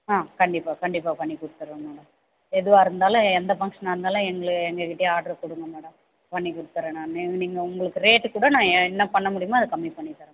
ஆ கண்டிப்பாக கண்டிப்பாக பண்ணி கொடுத்துர்றேன் மேடம் எதுவாக இருந்தாலும் எந்த ஃபங்க்ஷன்னாக இருந்தாலும் எங்கள் எங்கள் கிட்டயே ஆடரு கொடுங்க மேடம் பண்ணி கொடுத்துர்றேன் நான் நீங்கள் உங்களுக்கு ரேட்டு கூட நான் என்ன பண்ண முடியும் அதை கம்மி பண்ணி தரேன் மேடம்